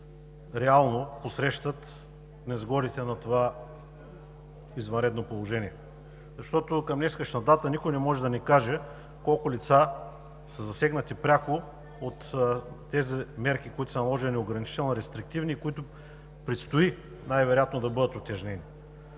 реално посрещат несгодите на това извънредно положение. Защото към днешна дата никой не може да ни каже колко лица пряко са засегнати от тези мерки, които са наложени – ограничителни, рестриктивни, и които предстои най вероятно да бъдат утежнени.